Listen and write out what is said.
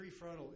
prefrontal